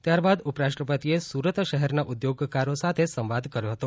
ત્યાર બાદ ઉપરાષ્ટ્રપતિએ સુરત શહેરના ઉદ્યોગકારો સાથે સંવાદ કર્યો હતો